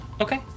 okay